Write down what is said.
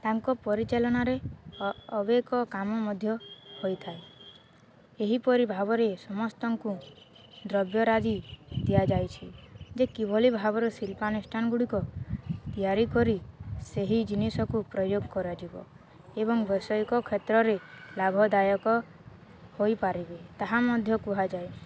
ତାଙ୍କ ପରିଚାଳନାରେ ଅନେକ କାମ ମଧ୍ୟ ହୋଇଥାଏ ଏହିପରି ଭାବରେ ସମସ୍ତଙ୍କୁ ଦ୍ରବ୍ୟ ଦିଆଯାଇଛି ଯେ କିଭଳି ଭାବରେ ଶିଳ୍ପାନୁଷ୍ଠାନଗୁଡ଼ିକ ତିଆରି କରି ସେହି ଜିନିଷକୁ ପ୍ରୟୋଗ କରାଯିବ ଏବଂ ବୈଷୟିକ କ୍ଷେତ୍ରରେ ଲାଭଦାୟକ ହୋଇପାରିବେ ତାହା ମଧ୍ୟ କୁହାଯାଏ